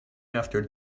after